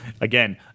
Again